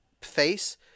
face